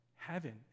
Heaven